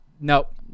Nope